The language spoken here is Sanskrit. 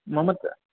मम